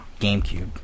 GameCube